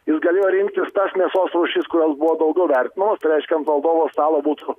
jis galėjo rinktis tas mėsos rūšis kurios buvo daugiau vertinos tai reiškia ant valdovo stalo būtų